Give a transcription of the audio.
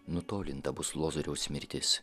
nutolinta bus lozoriaus mirtis